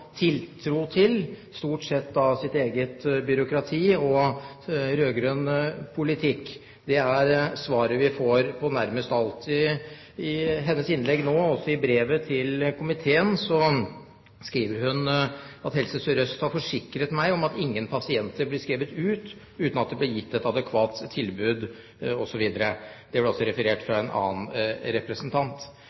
sitt eget byråkrati og til rød-grønn politikk. Det er svaret vi får på nærmest alt. Også i brevet til komiteen skriver hun at Helse Sør-Øst har forsikret henne om at «ingen pasienter vil bli skrevet ut uten et adekvat tilbud», osv. Det ble også referert av en annen representant.